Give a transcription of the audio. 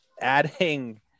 adding